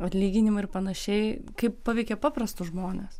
atlyginimai ir panašiai kaip paveikė paprastus žmones